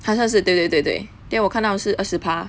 好像是对对对对 then 我看到是二十八